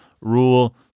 Rule